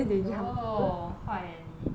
!aiyo! 坏 leh 你